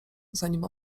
zanim